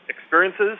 experiences